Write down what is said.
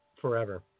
forever